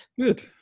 Good